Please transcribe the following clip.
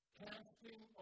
casting